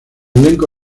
elenco